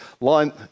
line